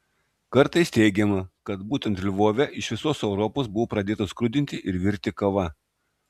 kartais teigiama kad būtent lvove iš visos europos buvo pradėta skrudinti ir virti kava